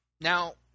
now